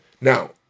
Now